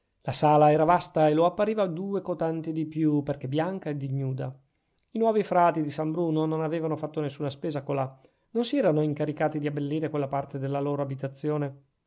la sala era vasta e lo appariva due cotanti di più perchè bianca ed ignuda i nuovi frati di san bruno non avevano fatto nessuna spesa colà non si erano incaricati di abbellire quella parte della loro abitazione